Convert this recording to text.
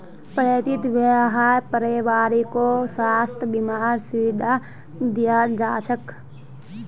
फ्रीत वहार परिवारकों स्वास्थ बीमार सुविधा दियाल जाछेक